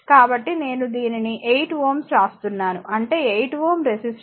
కాబట్టి నేను దీనిని 8Ω వ్రాస్తున్నాను అంటే 8Ω రెసిస్టర్ v2 R చేతగ్రహించబడుతుంది